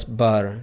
bar